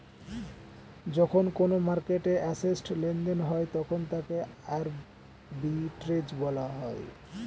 যখন কোনো মার্কেটে অ্যাসেট্ লেনদেন হয় তখন তাকে আর্বিট্রেজ বলা হয়